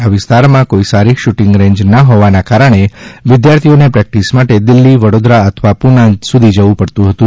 આ વિસ્તારમાં કોઇ સારી શુટીંગ રેંજ ના હોવાના કારણે વિધાર્થીઓને પ્રેક્ટીસ માટે દિલ્ફી વડોદરા અથવા પૂના સુધી જવું પડતુ હતુ